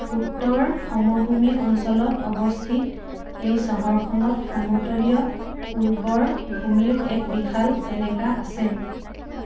উত্তৰ সমভূমি অঞ্চলত অৱস্থিত এই চহৰখনত সমতলীয় উৰ্বৰ ভূমিৰ এক বিশাল এলেকা আছে